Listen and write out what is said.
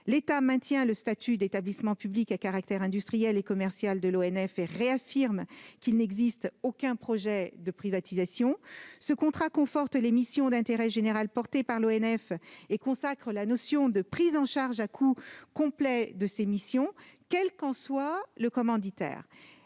L'État maintient le statut d'établissement public à caractère industriel et commercial de l'ONF et réaffirme qu'il n'existe aucun projet de privatisation. Ce contrat conforte les missions d'intérêt général portées par l'ONF et consacre la notion de prise en charge à coût complet de ses missions, quel qu'en soit le commanditaire.